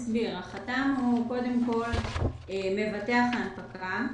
החתם הוא מבטח ההנפקה,